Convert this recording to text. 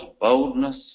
boldness